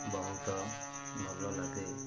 ବହୁତ ଭଲ ଲାଗେ